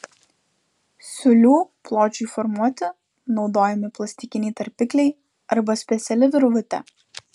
siūlių pločiui formuoti naudojami plastikiniai tarpikliai arba speciali virvutė